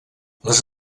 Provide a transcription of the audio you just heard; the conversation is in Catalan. les